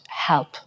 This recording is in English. Help